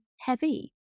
heavy